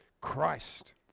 Christ